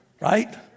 Right